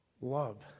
love